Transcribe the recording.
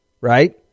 right